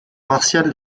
martial